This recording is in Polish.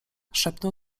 szepnął